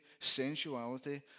sensuality